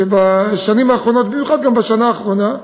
שבשנים האחרונות, במיוחד בשנה האחרונה,